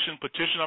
petition